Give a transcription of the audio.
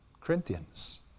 Corinthians